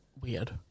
weird